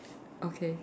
okay